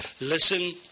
Listen